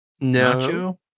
No